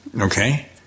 okay